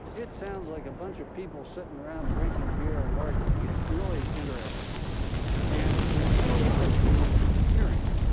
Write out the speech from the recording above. it sounds like a bunch of people sitting around drinking beer and arguing. it's really interesting and in the middle of the hearing,